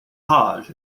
hajj